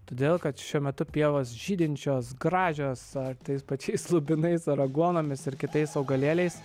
todėl kad šiuo metu pievos žydinčios gražios ar tais pačiais lubinais ar aguonomis ir kitais augalėliais